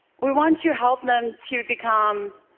we want to help them to become